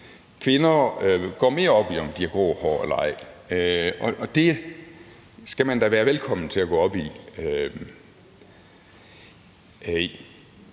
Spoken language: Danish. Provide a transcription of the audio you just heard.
kvinder går mere op i, om de har grå hår eller ej, og det skal man da være velkommen til at gå op i.